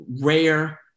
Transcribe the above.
rare